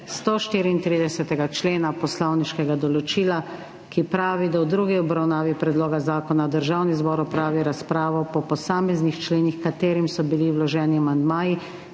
134. člena poslovniškega določila, ki pravi, da v drugi obravnavi predloga zakona Državni zbor opravi razpravo o posameznih členih, h katerim so bili vloženi amandmaji,